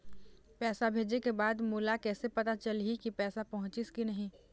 पैसा भेजे के बाद मोला कैसे पता चलही की पैसा पहुंचिस कि नहीं?